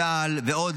צה"ל ועוד,